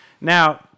Now